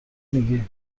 میگی